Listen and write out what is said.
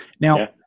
Now